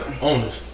owners